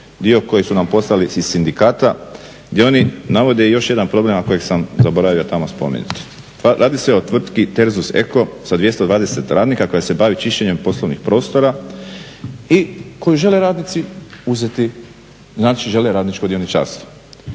dio koji su nam poslali iz sindikata gdje oni navode i još jedan problem, a kojeg sam zaboravio tamo spomenuti. Radi se o tvrtki TERSUS ECO sa 220 radnika koja se bavi čišćenjem poslovnih prostora i koju žele radnici uzeti, znači žele radničko dioničarstvo.